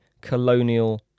colonial